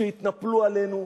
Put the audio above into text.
שהתנפלו עלינו,